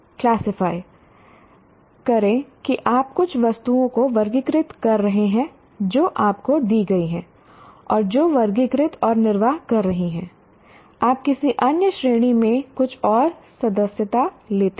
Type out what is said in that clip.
classify करें कि आप कुछ वस्तुओं को वर्गीकृत कर रहे हैं जो आपको दी गई हैं और जो वर्गीकृत और निर्वाह कर रही हैं आप किसी अन्य श्रेणी में कुछ और सदस्यता लेते हैं